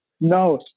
No